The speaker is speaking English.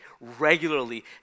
regularly